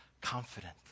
confident